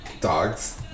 Dogs